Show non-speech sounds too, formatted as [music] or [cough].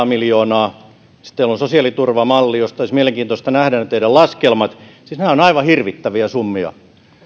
[unintelligible] miljoonaa sitten teillä on sosiaaliturvamalli josta olisi mielenkiintoista nähdä ne teidän laskelmanne nämä ovat aivan hirvittäviä summia